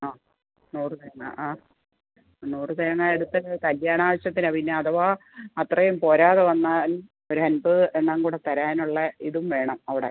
ആ നൂറ് തേങ്ങ ആ നൂറ് തേങ്ങ എടുത്തത് കല്ല്യാണ ആവശ്യത്തിനാണ് പിന്നെ അഥവാ അത്രയും പോരാതെ വന്നാൽ ഒരു അൻപത് എണ്ണം കൂടി തരാനുള്ള ഇതും വേണം അവിടെ